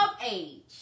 age